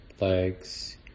legs